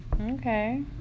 Okay